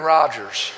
Rodgers